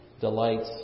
delights